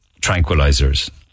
tranquilizers